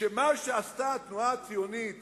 שמה שעשתה התנועה הציונית